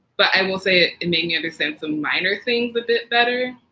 but i will say it made you understand some minor things a bit better.